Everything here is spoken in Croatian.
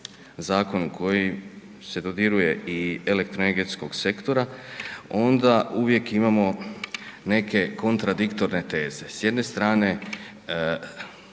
zakonu koji se dodiruje i elektroenergetskog sektora onda uvijek imamo neke kontradiktorne teze. S jedne strane